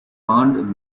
earned